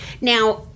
Now